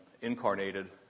incarnated